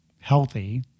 Healthy